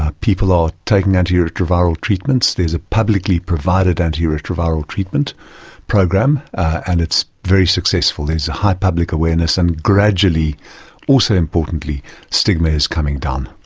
ah people are taking antiretroviral treatments, there's a publicly provided antiretroviral treatment program and it's very successful. there is a high public awareness, and gradually and also importantly stigma is coming down.